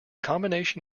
combination